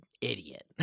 idiot